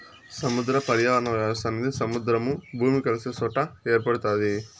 సముద్ర పర్యావరణ వ్యవస్థ అనేది సముద్రము, భూమి కలిసే సొట ఏర్పడుతాది